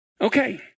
Okay